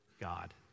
God